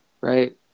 right